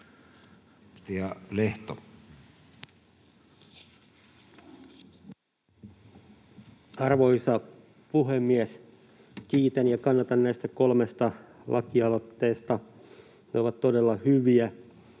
Arvoisa puhemies! Kiitän ja kannatan näitä kolmea lakialoitetta. Ne ovat todella hyviä.